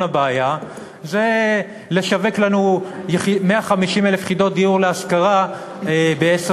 הבעיה זה לשווק לנו 150,000 יחידות דיור להשכרה בעשר